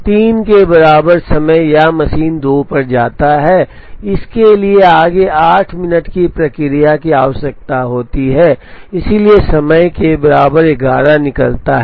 3 के बराबर समय यह मशीन 2 पर जाता है इसके लिए आगे 8 मिनट की प्रक्रिया की आवश्यकता होती है इसलिए समय के बराबर 11 निकलता है